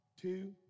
two